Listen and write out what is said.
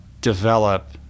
develop